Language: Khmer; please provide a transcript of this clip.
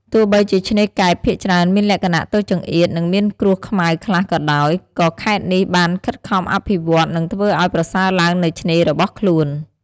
ទោះបីជាឆ្នេរកែបភាគច្រើនមានលក្ខណៈតូចចង្អៀត និងមានគ្រួសខ្មៅខ្លះក៏ដោយ ក៏ខេត្តនេះបានខិតខំអភិវឌ្ឍ និងធ្វើឱ្យប្រសើរឡើងនូវឆ្នេររបស់ខ្លួន។